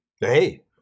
Hey